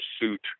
suit